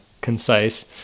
concise